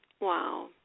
Wow